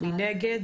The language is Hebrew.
1 נגד